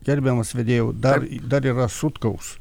gerbiamas vedėjau dar dar yra sutkaus